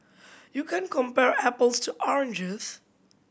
you can't compare apples to oranges